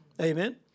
Amen